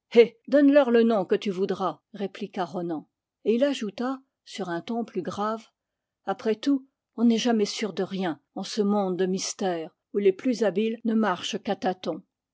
hé donne-leur le nom que tu voudras répliqua ronan et il ajouta sur un ton plus grave après tout on n'est jamais sûr de rien en ce monde de mystère où les plus habiles ne marchent